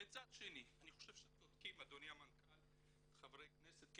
מצד שני אני חושב שצודקים חברי הכנסת כי